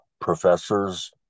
professors